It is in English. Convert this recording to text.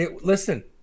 Listen